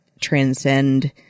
transcend